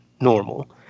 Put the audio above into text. normal